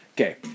Okay